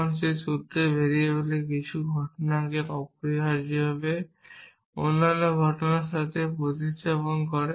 তখন এটি সেই সূত্রে ভেরিয়েবলের কিছু ঘটনাকে অপরিহার্যভাবে অন্যান্য ঘটনার সাথে প্রতিস্থাপন করে